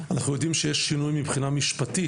אנחנו יודעים שיש שינוי מבחינה משפטית,